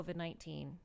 COVID-19